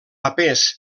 papers